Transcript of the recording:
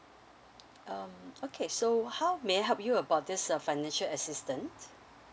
um okay so how may I help you about this uh financial assistance